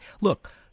look